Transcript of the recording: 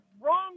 wrong